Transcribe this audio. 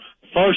First